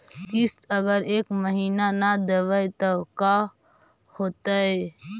किस्त अगर एक महीना न देबै त का होतै?